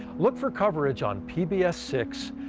look for coverage on pbs six,